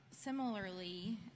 similarly